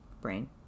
Brain